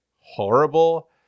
horrible